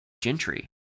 Gentry